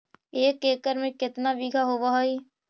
एक एकड़ में केतना बिघा होब हइ?